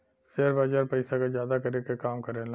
share बाजार पइसा क जादा करे क काम करेला